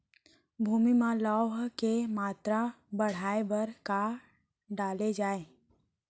भूमि मा लौह के मात्रा बढ़ाये बर का डाले जाये?